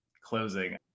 closing